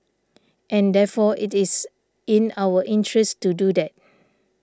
and therefore it is in our interest to do that